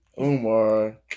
Umar